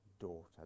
daughter